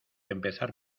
empezar